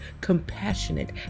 compassionate